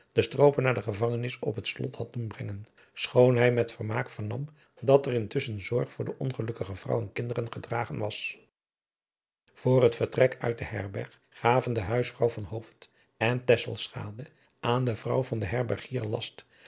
den strooper naar de gevangenis op het slot had doen brengen schoon hij met vermaak vernam dat er intusschen zorg voor de ongelukkige vrouw en kinderen gedragen was voor het vertrek uit de herberg gaven de huisvrouw van hooft en tesselschade aan de vrouw van den herbergier last